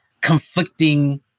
conflicting